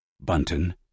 Bunton